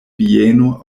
vieno